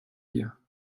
hier